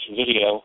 video